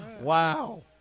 Wow